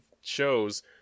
shows